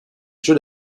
jeux